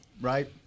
Right